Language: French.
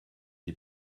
des